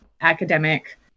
academic